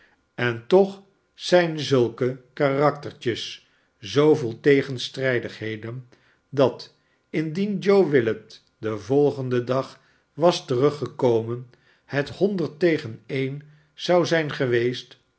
en toch zijn zulke karaktertjes zoo vol tegenstrijdigheden dat indien joe willet den volgenden dag was teruggekomen het honderd tegen een zou zijn geweest